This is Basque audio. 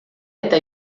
eta